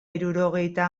hirurogeita